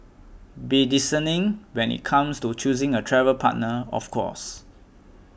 be discerning when it comes to choosing a travel partner of course